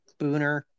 Booner